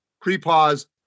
pre-pause